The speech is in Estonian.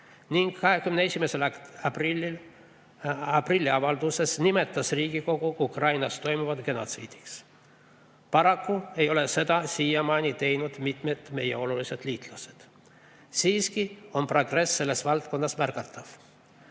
akte. 21. aprilli avalduses nimetas Riigikogu Ukrainas toimuva genotsiidiks. Paraku ei ole seda siiamaani teinud mitmed meie olulisimad liitlased. Siiski on progress selles valdkonnas märgatav.